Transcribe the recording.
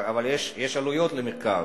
אבל יש עלויות למחקר.